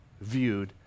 viewed